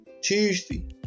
Tuesday